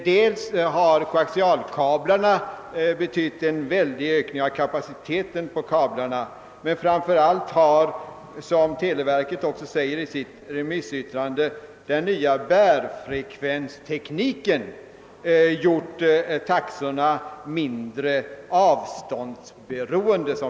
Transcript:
Dels har koaxialkablarna betytt en väsentlig ökning av kabelkapaciteten, dels och framför allt har — som televerket säger i sitt remissyttrande — den nya bärfrekvenstekniken gjort taxorna mindre avståndsberoende.